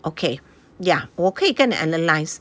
okay ya 我可以跟你 analyse